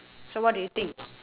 so what do you think